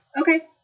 okay